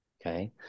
okay